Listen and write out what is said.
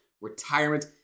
retirement